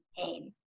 pain